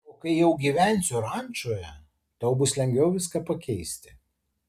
o kai jau gyvensiu rančoje tau bus lengviau viską pakeisti